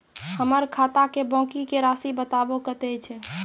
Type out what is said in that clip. हमर खाता के बाँकी के रासि बताबो कतेय छै?